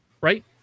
right